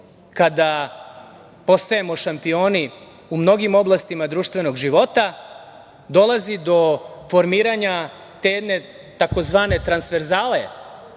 kada postajemo šampioni u mnogim oblastima društvenog života, dolazi do formiranja te jedne tzv. transverzale